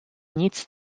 nic